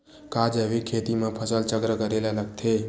का जैविक खेती म फसल चक्र करे ल लगथे?